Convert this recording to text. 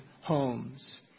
homes